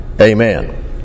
amen